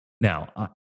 Now